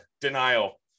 denial